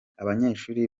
abanyeshuri